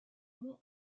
mont